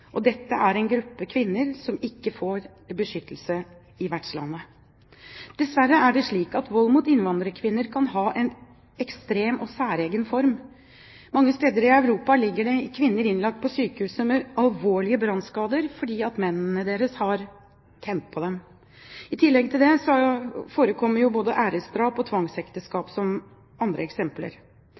Dette er en gruppe kvinner som ikke får beskyttelse i vertslandet. Dessverre er det slik at vold mot innvandrerkvinner kan ha en ekstrem og særegen form. Mange steder i Europa ligger det kvinner innlagt på sykehus med alvorlige brannskader fordi mennene deres har tent på dem. I tillegg til det forekommer både æresdrap og tvangsekteskap, som andre eksempler,